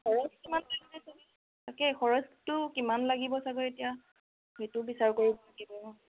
তাকে খৰচটো কিমান লাগিব চাগে এতিয়া সেইটো বিচাৰ কৰিব লাগিব